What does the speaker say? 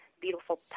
beautiful